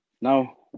now